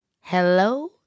Hello